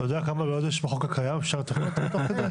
אתה יודע כמה בעיות יש בחוק הקיים שאפשר לתקן תוך כדי?